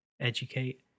educate